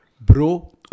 Bro